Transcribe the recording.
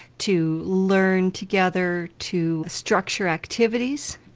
to learn together, to structure activities,